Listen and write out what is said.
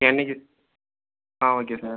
என்னிக்கு ஆ okay sir